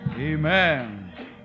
Amen